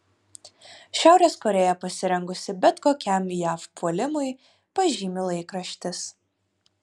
šiaurės korėja pasirengusi bet kokiam jav puolimui pažymi laikraštis